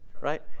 Right